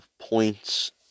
points